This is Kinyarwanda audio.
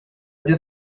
byo